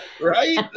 right